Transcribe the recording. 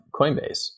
Coinbase